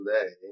today